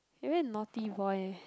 you very naughty boy leh